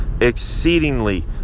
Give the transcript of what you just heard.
exceedingly